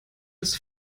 des